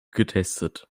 getestet